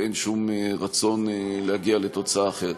ואין שום רצון להגיע לתוצאה אחרת.